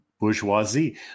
bourgeoisie